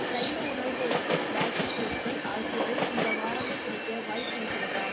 சைவ உணவு பொருட்கள் பேக்கரி பொருட்கள் ஆகியவை இந்த வாரமே கிடைக்க வாய்ப்பு இருக்கிறதா